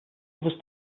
others